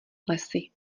lesy